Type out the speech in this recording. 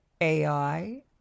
AI